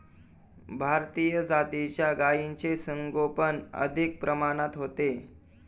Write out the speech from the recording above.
भारतीय जातीच्या गायींचे संगोपन अधिक प्रमाणात होते